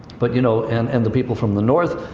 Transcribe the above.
but, you know, and and the people from the north.